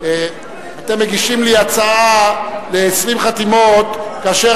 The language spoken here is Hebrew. אתם מגישים לי הצעה ל-20 חתימות כאשר